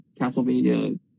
Castlevania